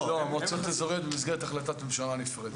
המועצות האזוריות הן במסגרת החלטת ממשלה נפרדת.